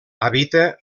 habita